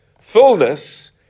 fullness